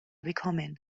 bekommen